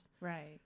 Right